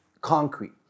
concrete